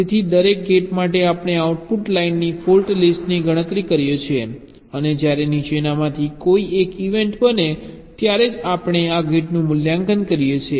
તેથી દરેક ગેટ માટે આપણે આઉટપુટ લાઇનની ફોલ્ટ લિસ્ટની ગણતરી કરીએ છીએ અને જ્યારે નીચેનામાંથી કોઈ એક ઇવેન્ટ બને ત્યારે જ આપણે આ ગેટનું મૂલ્યાંકન કરીએ છીએ